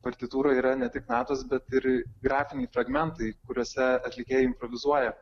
partitūroje yra ne tik natos bet ir grafiniai fragmentai kuriuose atlikėjai improvizuoja